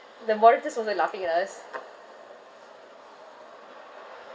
the moderators was like laughing at us